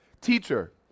teacher